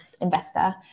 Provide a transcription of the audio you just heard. investor